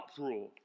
uproar